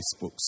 Facebooks